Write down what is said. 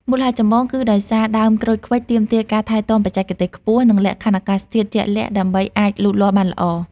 មូលហេតុចម្បងគឺដោយសារដើមក្រូចឃ្វិចទាមទារការថែទាំបច្ចេកទេសខ្ពស់ និងលក្ខខណ្ឌអាកាសធាតុជាក់លាក់ដើម្បីអាចលូតលាស់បានល្អ។